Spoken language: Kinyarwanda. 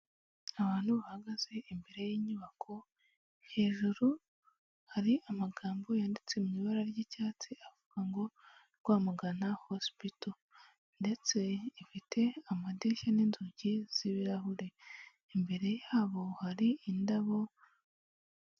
Abantu bahagaze imbere y'inyubako, hejuru hari amagambo yanditse mu ibara ry'icyatsi avuga ngo Rwamagana hosipito ndetse ifite amadirishya n'inzugi z'ibirahure, imbere yabo hari indabo.